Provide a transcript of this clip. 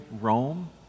Rome